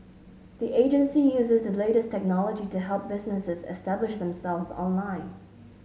the agency uses the latest technology to help businesses establish themselves online